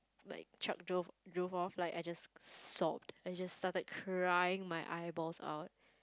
like truck drove off like I just sobbed I just started crying my eyeballs out